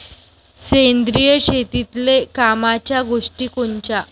सेंद्रिय शेतीतले कामाच्या गोष्टी कोनच्या?